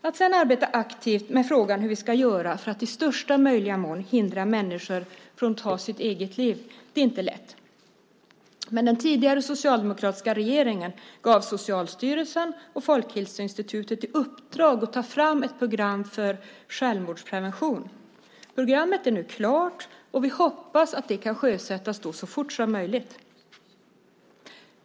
Att sedan arbeta aktivt med frågan hur vi ska göra för att i största möjliga mån hindra människor från att ta sitt eget liv är inte lätt. Den tidigare socialdemokratiska regeringen gav Socialstyrelsen och Folkhälsoinstitutet i uppdrag att ta fram ett program för självmordsprevention. Programmet är nu klart, och vi hoppas att det kan sjösättas så fort som möjligt.